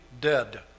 dead